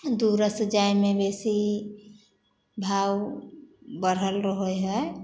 दूरोसँ जाइमे बेसी भाव बढ़ल रहै हइ